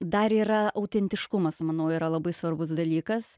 dar yra autentiškumas manau yra labai svarbus dalykas